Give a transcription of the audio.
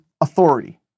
authority